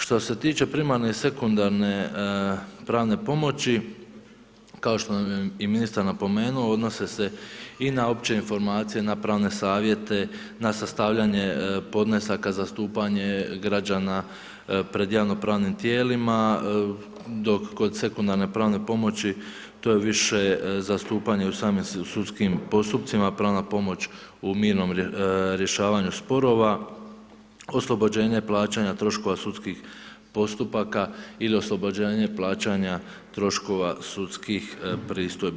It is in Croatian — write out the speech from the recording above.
Što se tiče primarne i sekundarne pravne pomoći kao što nam je i ministar napomenuo, odnose se i na opće informacije i na pravne savjete, na sastavljanje podnesaka za zastupanje građana pred javno-pravnim tijelima dok kod sekundarne pravne pomoći to je više zastupanje u samim sudskim postupcima, pravna pomoć u mirnom rješavanju sporova, oslobođenje plaćanja troškova sudskih postupaka ili oslobođenje plaćanja troškova sudskih pristojbi.